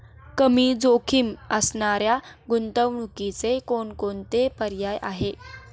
कमी जोखीम असणाऱ्या गुंतवणुकीचे कोणकोणते पर्याय आहे?